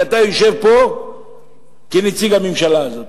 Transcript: כי אתה יושב כאן כנציג הממשלה הזאת.